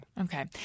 Okay